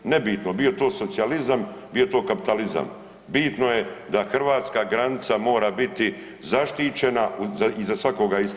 Nebitno bio to socijalizam, bio to kapitalizam, bitno je da hrvatska granica mora biti zaštićena i za svakoga ista.